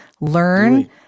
learn